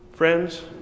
Friends